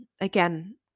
again